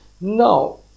now